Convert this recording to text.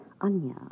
Anya